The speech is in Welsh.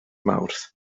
mawrth